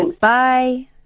Bye